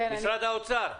עידו סופר ממשרד האוצר,